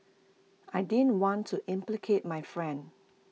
I didn't want to implicate my friend